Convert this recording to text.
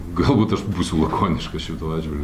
galbūt aš būsiu lakoniškas šituo atžvilgiu